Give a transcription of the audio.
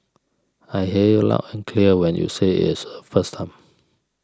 I hear you loud and clear when you said is a first time